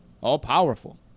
All-powerful